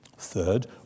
Third